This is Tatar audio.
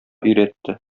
өйрәтте